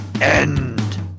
end